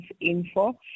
info